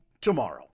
tomorrow